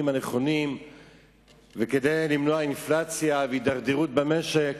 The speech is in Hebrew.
הנכונים וכדי למנוע אינפלציה והידרדרות במשק,